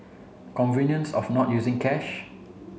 convenience of not using cash